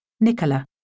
Nicola